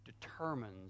determines